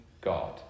God